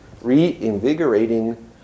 reinvigorating